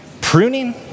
pruning